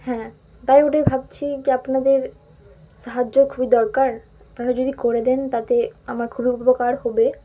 হ্যাঁ তাই ওটাই ভাবছি কি আপনাদের সাহায্য খুবই দরকার আপনারা যদি করে দেন তাতে আমার খুবই উপকার হবে